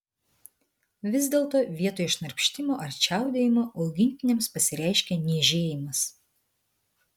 vis dėlto vietoj šnarpštimo ar čiaudėjimo augintiniams pasireiškia niežėjimas